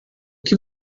que